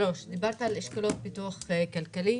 דיברת על אשכולות פיתוח כלכלי.